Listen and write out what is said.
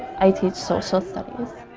i teach social studies.